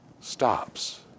stops